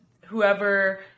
whoever